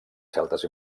celtes